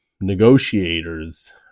negotiators